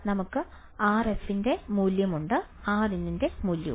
നമുക്ക് Rf ൻറെ മൂല്യം ഉണ്ട് Rin ൻറെ മൂല്യവും